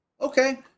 okay